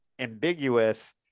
Ambiguous